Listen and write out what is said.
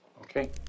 Okay